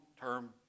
term